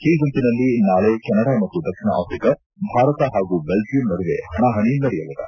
C ಗುಂಪಿನಲ್ಲಿ ನಾಳೆ Canada ಮತ್ತು ದಕ್ಷಿಣ ಆಫ್ರಿಕಾ ಭಾರತ ಹಾಗೂ ಬೆಲ್ಲಿಯಂ ನಡುವೆ ಹಣಾಹಣಿ ನಡೆಯಲಿದೆ